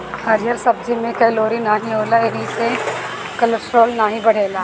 हरिहर सब्जी में कैलोरी नाही होला एही से एसे कोलेस्ट्राल नाई बढ़ेला